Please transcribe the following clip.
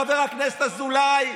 חבר הכנסת אזולאי,